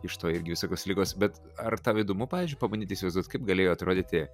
iš to irgi visokios ligos bet ar tau įdomu pavyzdžiui pabandyt įsivaizduot kaip galėjo atrodyti